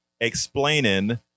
explaining